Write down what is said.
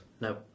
No